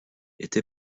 été